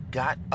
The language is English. got